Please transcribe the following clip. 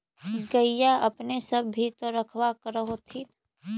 गईया अपने सब भी तो रखबा कर होत्थिन?